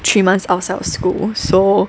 three months outside of school so